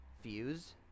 fuse